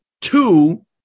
two